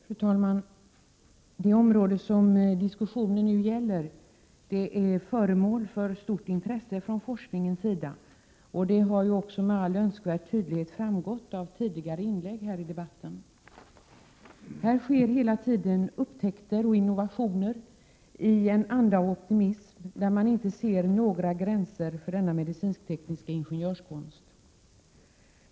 Fru talman! Det område som diskussionen nu gäller är föremål för stort intresse från forskningens sida. Detta har ju med all önskvärd tydlighet också framgått av tidigare inlägg här i debatten. Här görs hela tiden upptäckter och innovationer i en anda av optimism, där man inte ser några gränser för denna medicinsk-tekniska ingenjörskonst.